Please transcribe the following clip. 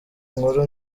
inkuru